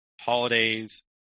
holidays